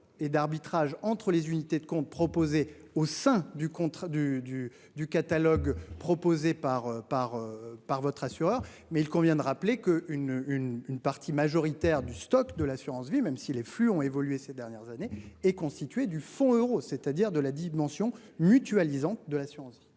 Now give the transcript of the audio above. et d'arbitrage entre les unités de compte proposer au sein du contrat du du du catalogue proposé par par par votre assureur, mais il convient de rappeler que une une une partie majoritaire du stock de l'assurance vie, même si les flux ont évolué ces dernières années et constitué du fonds euros c'est-à-dire de la dimension mutualisant de l'assurance.